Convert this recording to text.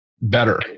better